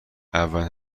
اولین